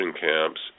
camps